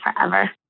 forever